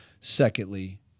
Secondly